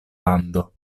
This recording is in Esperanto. lando